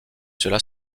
cela